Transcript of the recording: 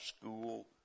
school